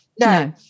no